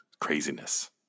craziness